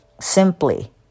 simply